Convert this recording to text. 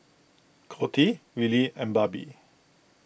Coty Wylie and Barbie